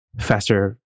faster